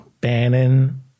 Bannon